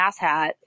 asshat